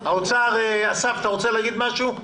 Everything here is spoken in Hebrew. האוצר, אסף, אתה רוצה להגיד משהו?